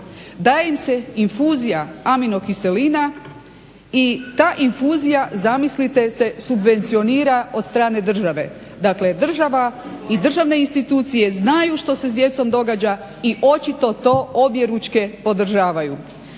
daje im se infuzija aminokiselina i ta infuzija zamislite se subvencionira od strane države. Dakle, država i državne institucije znaju što se s djecom događa i očito to objeručke podržavaju.